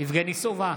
יבגני סובה,